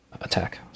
attack